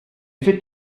faites